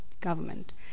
government